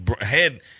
head